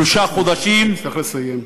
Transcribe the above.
שלושה חודשים, אתה צריך לסיים.